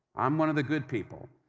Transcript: i'm one of the good people,